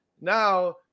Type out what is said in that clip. Now